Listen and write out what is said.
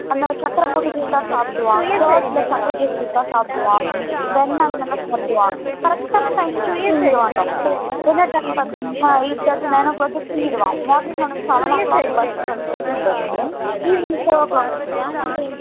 அந்த சர்க்கர போட்டுக்கொடுத்தா சாப்பிடுவான் கர்ட்டில் சர்க்கர போட்டுக்கொடுத்தா சாப்பிடுவான் வெண்ணெய் அந்தமாதிரிலாம் சாப்பிடுவான் கரெக்டான டைமுக்கு தூங்கிவிடுவான் டாக்டர் என்ன டைம் பார்த்தீங்கன்னா எயிட் தார்ட்டி நயன் ஓ க்ளாக்கே தூங்கிவிடுவான் மார்னிங் அவனுக்கு செவன் ஓ க்ளாக் பஸ் வருது school bus evening four o'clock வந்